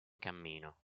cammino